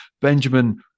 Benjamin